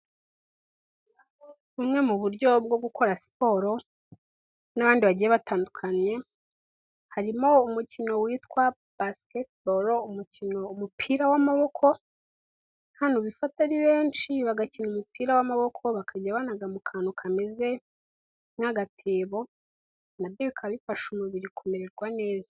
Bumwe mu buryo bwo gukora siporo n'abandi bagiye batandukanye, harimo umukino witwa basiketibolo umukino umupira w'amaboko, hano ubifata ari benshi bagakina umupira w'amaboko bakajya banaga mu kantu kameze nk'agatebo nabyo bikaba bifasha umubiri kumererwa neza.